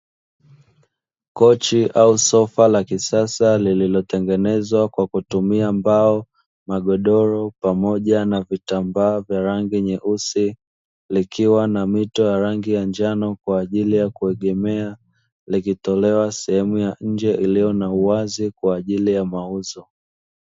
Kochi au sofa la kisasa, lililotengenezwa kwa kutumia mbao, magodoro pamoja na vitambaa vya rangi nyeusi. Likiwa na mito ya rangi ya njano kwa ajili ya kuegemea, likitolewa sehemu ya nje iliyo na uwazi kwa ajili ya mauzo.